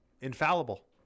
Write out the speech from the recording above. infallible